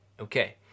Okay